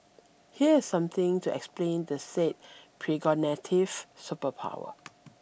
here is something to explain the said precognitive superpower